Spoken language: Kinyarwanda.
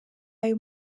ayo